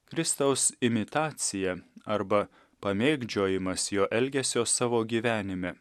kristaus imitacija arba pamėgdžiojimas jo elgesio savo gyvenime